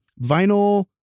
vinyl